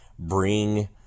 Bring